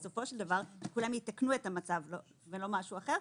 שבסופו של דבר כולם יתקנו את המצב ולא משהו אחר.